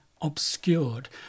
obscured